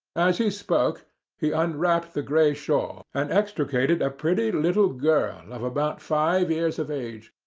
as he spoke he unwrapped the grey shawl and extricated a pretty little girl of about five years of age,